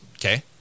Okay